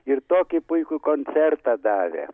ir tokį puikų koncertą davė